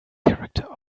character